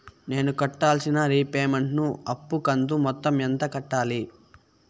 నేను కట్టాల్సిన రీపేమెంట్ ను అప్పు కంతు మొత్తం ఎంత కట్టాలి?